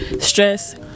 stress